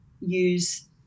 use